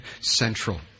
central